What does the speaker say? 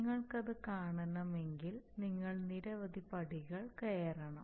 നിങ്ങൾക്കത് കാണണമെങ്കിൽ നിങ്ങൾ നിരവധി പടികൾ കയറണം